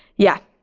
yeah.